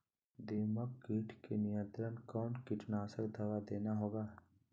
दीमक किट के नियंत्रण कौन कीटनाशक दवा देना होगा?